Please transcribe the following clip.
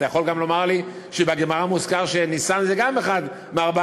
אתה יכול גם לומר לי שבגמרא מוזכר שניסן זה גם אחד מארבעה,